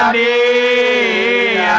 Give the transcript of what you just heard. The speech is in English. a